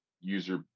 user